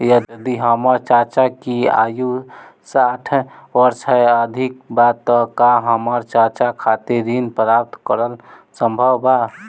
यदि हमर चाचा की आयु साठ वर्ष से अधिक बा त का हमर चाचा खातिर ऋण प्राप्त करल संभव बा